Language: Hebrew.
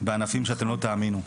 בענפים שאתם לא תאמינו.